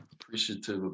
Appreciative